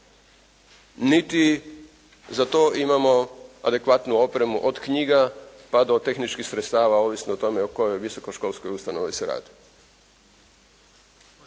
niti za to imamo adekvatnu opremu od knjiga pa do tehničkih sredstava ovisno o tome o kojoj visokoškolskoj ustanovi se radi.